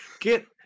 Get